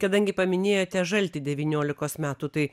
kadangi paminėjote žaltį devyniolikos metų tai